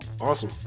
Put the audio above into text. Awesome